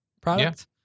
product